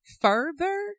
further